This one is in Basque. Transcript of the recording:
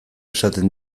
esaten